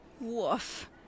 woof